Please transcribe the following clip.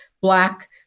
Black